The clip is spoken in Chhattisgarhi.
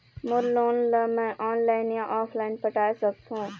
मोर लोन ला मैं ऑनलाइन या ऑफलाइन पटाए सकथों?